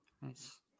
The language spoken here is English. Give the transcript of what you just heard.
Nice